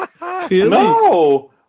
No